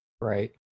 Right